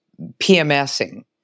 PMSing